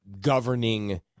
governing